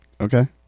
Okay